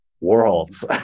worlds